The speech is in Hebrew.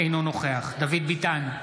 אינו נוכח דוד ביטן,